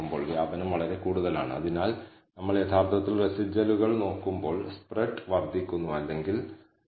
ഈ വ്യത്യാസം ഞാൻ പറഞ്ഞതു പോലെ വലുതാണെങ്കിൽ ശനൾ ഹൈപോതെസിസിനേക്കാൾ ആൾട്ടർനേറ്റീവ് ഹൈപോതെസിസിലൂടെ പോകുന്നത് മൂല്യവത്താണെന്ന് നമുക്ക് പറയാൻ കഴിയും